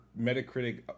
Metacritic